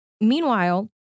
Meanwhile